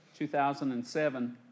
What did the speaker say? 2007